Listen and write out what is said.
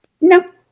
No